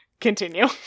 continue